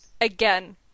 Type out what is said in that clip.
Again